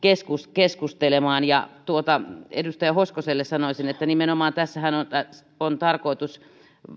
keskustelemaan edustaja hoskoselle sanoisin että nimenomaan tässähän on on tarkoitus